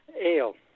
Ale